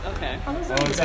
Okay